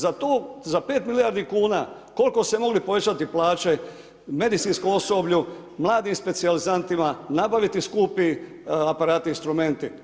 Za to, za 5 milijardi kn, koliko se moglo povećati plaće medicinskom osoblju, mladim specijalizantima, nabaviti skupi aparati, instrumenti.